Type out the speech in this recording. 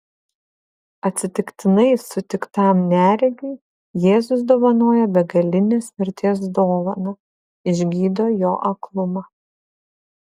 atsitiktinai sutiktam neregiui jėzus dovanoja begalinės vertės dovaną išgydo jo aklumą